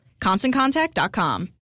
ConstantContact.com